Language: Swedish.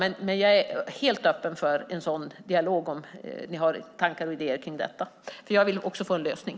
Men jag är helt öppen för en sådan dialog om ni har tankar och idéer kring detta, för jag vill också få en lösning.